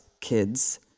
kids